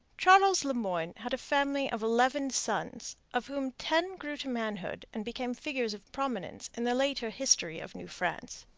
charles le moyne had a family of eleven sons, of whom ten grew to manhood and became figures of prominence in the later history of new france.